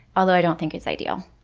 although i don't think it's ideal,